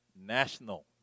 National